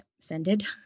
Sended